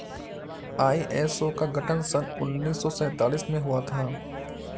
ISO का गठन सन उन्नीस सौ सैंतालीस में हुआ था